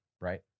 right